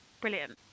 Brilliant